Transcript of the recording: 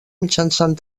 mitjançant